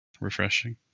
Refreshing